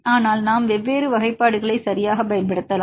ஆனால் நாம் வெவ்வேறு வகைப்பாடுகளை சரியாகப் பயன்படுத்தலாம்